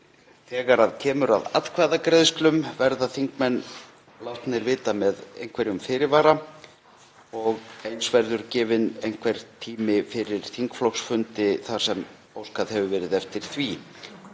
Þegar kemur að atkvæðagreiðslum verða þingmenn látnir vita með einhverjum fyrirvara. Eins verður gefinn einhver tími fyrir þingflokksfundi þar sem óskað hefur verið eftir því.